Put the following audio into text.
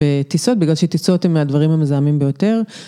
בטיסות, בגלל שטיסות הן מהדברים המזהמים ביותר.